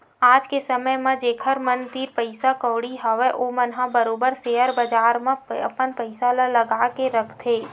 आज के समे म जेखर मन तीर पइसा कउड़ी हवय ओमन ह बरोबर सेयर बजार म अपन पइसा ल लगा के रखथे